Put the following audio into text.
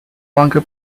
longer